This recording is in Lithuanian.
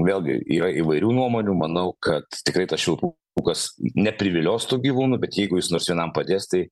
vėlgi yra įvairių nuomonių manau kad tikrai tas švilpukas neprivilios tų gyvūnų bet jeigu jis nors vienam padės tai